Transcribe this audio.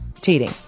cheating